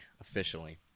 Officially